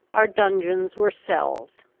our dungeons were cells,